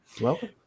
welcome